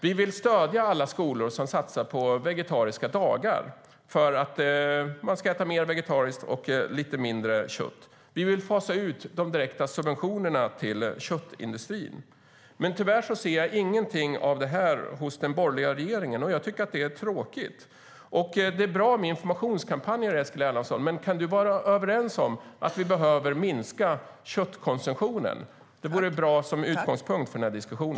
Vi vill stödja alla skolor som satsar på vegetariska dagar för att uppmuntra att äta mer vegetariskt och mindre kött. Vi vill fasa ut de direkta subventionerna till köttindustrin. Tyvärr ser jag inget av detta hos den borgerliga regeringen, vilket är tråkigt. Det är bra med informationskampanjer, Eskil Erlandsson, men kan du vara överens med mig om att vi behöver minska köttkonsumtionen? Det vore bra som utgångspunkt för denna diskussion.